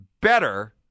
better